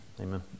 amen